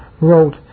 wrote